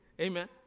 Amen